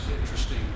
interesting